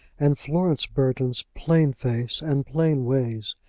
and florence burton's plain face and plain ways,